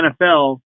NFL